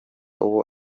uwo